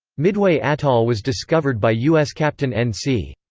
midway atoll was discovered by u s. captain n c.